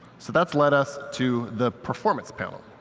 so that's led us to the performance panel.